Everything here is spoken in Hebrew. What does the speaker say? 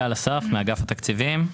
אגף התקציבים.